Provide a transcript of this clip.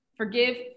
Forgive